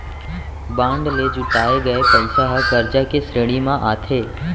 bond ले जुटाए गये पइसा ह करजा के श्रेणी म आथे